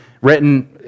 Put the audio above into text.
written